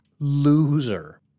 Loser